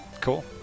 Cool